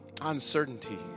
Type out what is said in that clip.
uncertainty